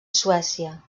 suècia